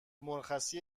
مرخصی